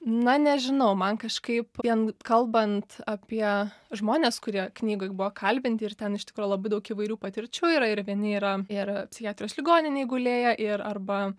na nežinau man kažkaip vien kalbant apie žmones kurie knygoj buvo kalbinti ir ten iš tikro labai daug įvairių patirčių yra ir vieni yra ir psichiatrijos ligoninėj gulėję ir arba